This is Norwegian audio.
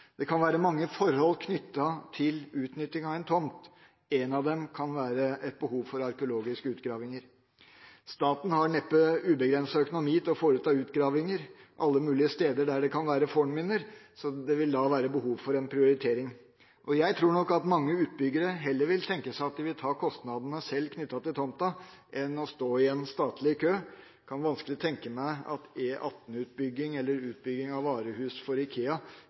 Det kan være mange forhold knyttet til utnyttingen av en tomt, ett av dem kan være behovet for arkeologiske utgravinger. Staten har neppe ubegrenset økonomi til å foreta utgravinger alle mulige steder der det kan være fornminner. Det vil da være behov for en prioritering. Jeg tror nok at mange utbyggere heller vil tenke seg å ta kostnadene knyttet til tomta sjøl enn å stå i en statlig kø. Jeg kan vanskelig tenke meg at en E18-utbygging eller bygging av et varehus for IKEA